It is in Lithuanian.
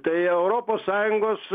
tai europos sąjungos